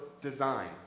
design